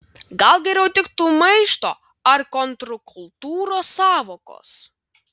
gal geriau tiktų maišto ar kontrkultūros sąvokos